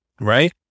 right